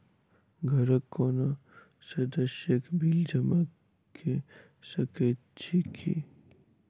घरक कोनो सदस्यक बिल जमा कऽ सकैत छी की?